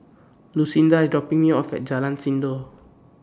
Lucinda IS dropping Me off At Jalan Sindor